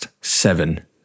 seven